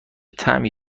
طعمی